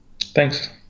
Thanks